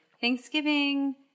thanksgiving